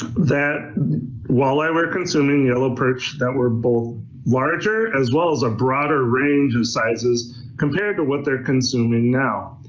that walleye were consuming yellow perch that were both larger as well as a broader range in sizes compared to what they're consuming now.